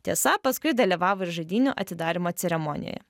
tiesa paskui dalyvavo ir žaidynių atidarymo ceremonijoje